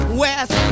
west